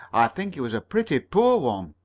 think it was a pretty poor one.